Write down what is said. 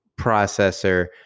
processor